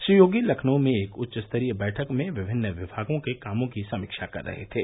श्री योगी लखनऊ में एक उच्चस्तरीय बैठक में विभिन्न विभागों के कामों की समीक्षा कर रहे थे